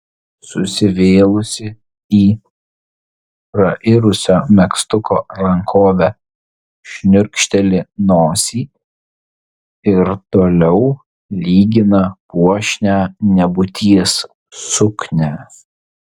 susivėlusi į prairusio megztuko rankovę šniurkšteli nosį ir toliau lygina puošnią nebūties suknią